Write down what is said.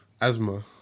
Asthma